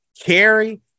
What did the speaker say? carry